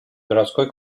городской